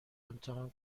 امتحان